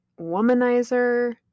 Womanizer